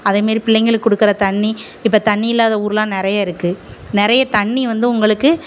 அதே மாரி பிள்ளைங்களுக்கு கொடுக்குற தண்ணி இப்போ தண்ணி இல்லாத ஊர்லாம் நிறைய இருக்குது நிறைய தண்ணி வந்து உங்களுக்கு